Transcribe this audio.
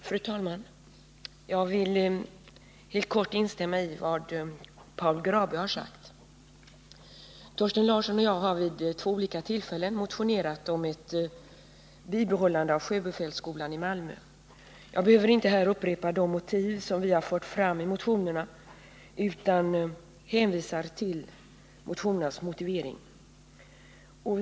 Fru talman! Jag vill helt kort instämma i vad Paul Grabö har sagt. Thorsten Larsson och jag har vid två olika tillfällen motionerat om ett bibehållande av sjöbefälsskolan i Malmö. Jag behöver inte här upprepa de motiv som vi har fört fram i motionerna utan hänvisar till motionernas motiveringar.